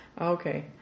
okay